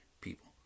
people